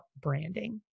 branding